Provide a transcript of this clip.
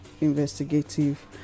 Investigative